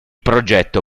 progetto